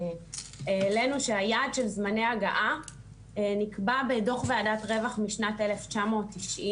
העלנו שהיעד של זמני הגעה נקבע בדוח וועדת רווח משנת 1990,